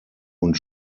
und